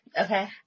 Okay